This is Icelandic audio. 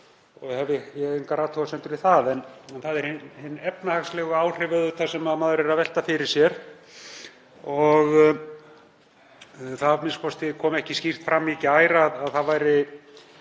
En það eru hin efnahagslegu áhrif sem maður er að velta fyrir sér, og það kom ekki skýrt fram í gær að boðað væri